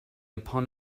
upon